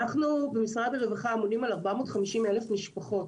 אנחנו במשרד הרווחה אמונים על 450,000 משפחות,